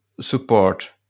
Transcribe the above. support